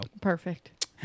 Perfect